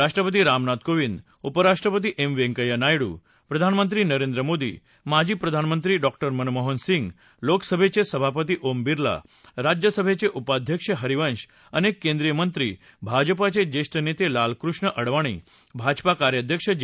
राष्ट्रपती रामनाथ कोविंद उपराष्ट्रपती एम व्यंकय्या नायडू प्रधानमंत्री नरेंद्र मोदी माजी प्रधानमंत्री डॉक्टर मनमोहन सिंग लोकसभेचे सभापती ओम बिर्ला राज्यसभेचे उपाध्यक्ष हरिवंश अनेक केंद्रीय मंत्री भाजपाचे ज्येष्ठ नेते लालकृष्ण अडवाणी भाजपा कार्याध्यक्ष जे